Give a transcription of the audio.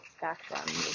background